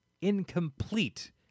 incomplete